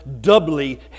doubly